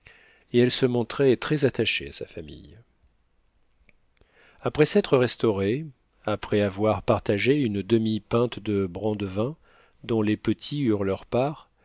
et elle se montrait très attachée à sa famille après s'être restaurés après avoir partagé une demi-pinte de brandevin dont les petits eurent leur part